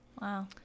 Wow